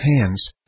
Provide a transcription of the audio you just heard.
hands